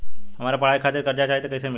हमरा पढ़ाई खातिर कर्जा चाही त कैसे मिली?